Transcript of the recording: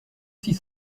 six